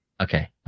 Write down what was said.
okay